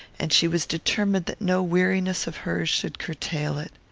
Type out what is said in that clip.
and she was determined that no weariness of hers should curtail it.